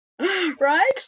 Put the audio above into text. right